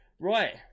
Right